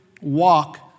walk